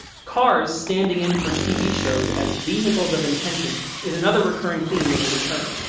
cars standing in for tv shows as vehicles of intention is another recurring theme in the return,